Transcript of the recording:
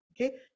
okay